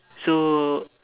so